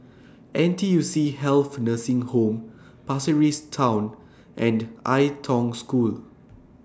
N T U C Health Nursing Home Pasir Ris Town and Ai Tong School